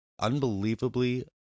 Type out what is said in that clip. unbelievably